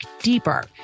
deeper